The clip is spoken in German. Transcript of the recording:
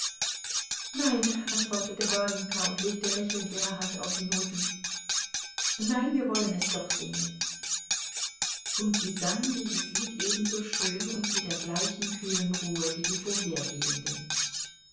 nein antwortete warjenka und legte lächelnd ihre hand auf die noten nein wir wollen es doch singen und sie sang dieses lied ebenso schön und mit der gleichen kühlen ruhe wie die vorhergehenden